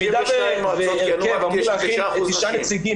הרכב אמור להכיל תשעה נציגים.